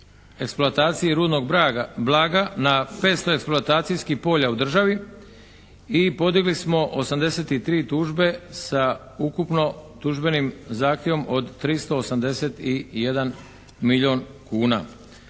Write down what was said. eksploataciji rudnog blaga na 500 eksploatacijskih polja u državi i podigli smo 83 tužbe sa ukupno tužbenim zahtjevom od 381 milijun kuna.